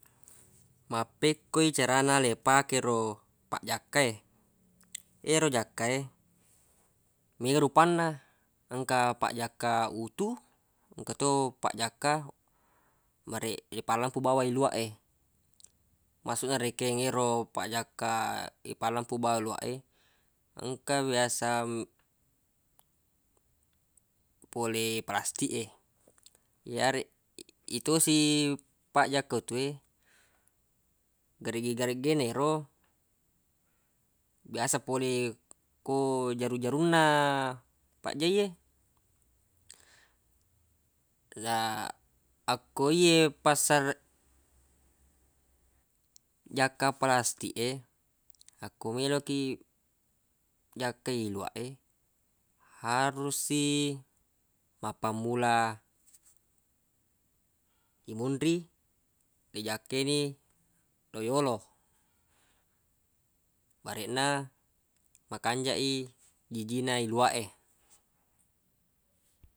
Mappekkoi carana le pake ero pajjakka e ero jakka e mega rupanna engka pajjakka utu engka to pajjakka mare ipallempu bawang iluwa e massuq na rekeng ero pajjakka ipallempu bawang iluwa e engka biasa pole pelastik e yareq ye tosi pajjakka utu e garegge-gareggena yero biasa pole ko jaru-jarunna pajjai e la- akko ye passer- jakka pelastik e akko meloq kiq jakkai iluwa e harus i mappammula imonri rijakkai ni lo yolo bareq na makanjaq i jijina wiluwa e.